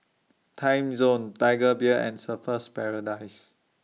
Timezone Tiger Beer and Surfer's Paradise